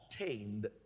obtained